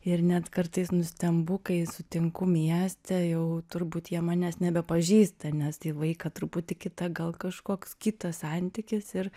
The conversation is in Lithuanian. ir net kartais nustembu kai sutinku mieste jau turbūt jie manęs nebepažįsta nes į vaiką truputį kita gal kažkoks kitas santykis ir